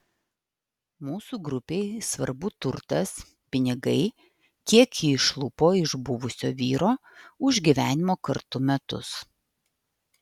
mūsų grupei svarbu turtas pinigai kiek ji išlupo iš buvusio vyro už gyvenimo kartu metus